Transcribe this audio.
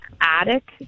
attic